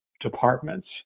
departments